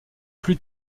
plus